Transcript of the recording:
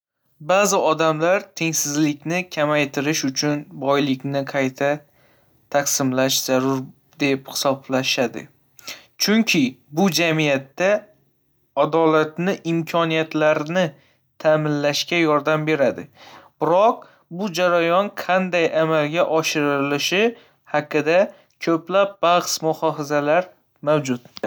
Ba'zi odamlar tengsizlikni kamaytirish uchun boylikni qayta taqsimlash zarur deb hisoblashadi, chunki bu jamiyatda adolatli imkoniyatlarni ta'minlashga yordam beradi. Biroq, bu jarayon qanday amalga oshirilishi haqida ko'plab bahs-muhofazaralar mavjud.